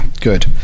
good